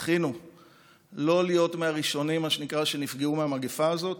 זכינו לא להיות מהראשונים שנפגעו מהמגפה הזאת.